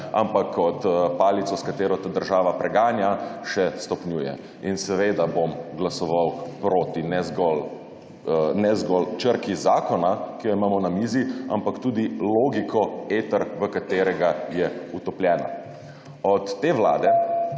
ampak kot palica, s katero te država preganja, še stopnjuje. In seveda bom glasoval proti, ne zgolj črki zakona, ki jo imamo na mizi, ampak tudi logiko, eter v katerega je utopljena. Od te vlade